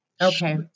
Okay